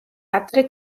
ადრე